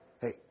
Hey